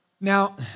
now